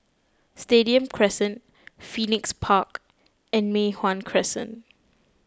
Stadium Crescent Phoenix Park and Mei Hwan Crescent